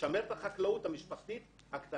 לשמר את החקלאות המשפחתית הקטנה.